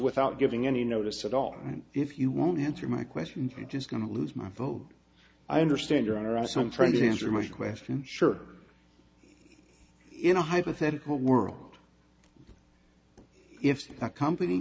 without giving any notice at all and if you won't answer my question which is going to lose my vote i understand your honor also i'm trying to answer my question sure in a hypothetical world if a company